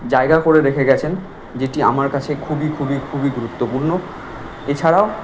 জায়গা করে রেখে গেছেন যেটি আমার কাছে খুবই খুবই খুবই গুরুত্বপূর্ণ এছাড়াও